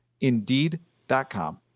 Indeed.com